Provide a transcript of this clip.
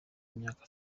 imyaka